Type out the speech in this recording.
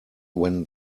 when